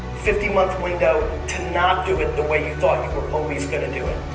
fifty month window to not do it the way you thought you were always gonna do it.